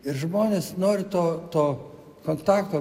ir žmonės nori to to kontakto